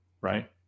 right